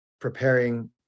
preparing